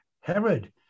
Herod